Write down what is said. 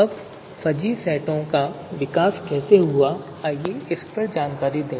अब फजी सेटों का विकास कैसे हुआ है